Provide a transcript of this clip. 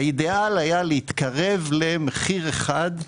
האידאל היה להתקרב למחיר אחד,